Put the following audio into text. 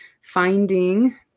finding